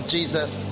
Jesus